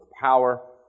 power